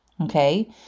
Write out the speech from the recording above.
okay